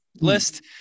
list